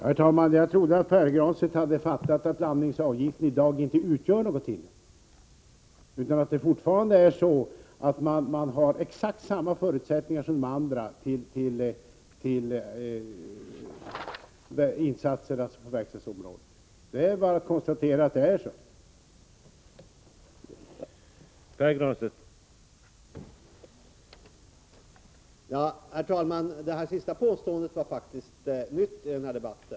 Herr talman! Jag trodde att Pär Granstedt hade fattat att landningsavgiften i dag inte utgör något hinder, utan att det fortfarande är så att Arlanda har exakt samma förutsättningar som de andra flygplatserna till insatser på verkstadsområdet. Det är bara att konstatera att det förhåller sig så.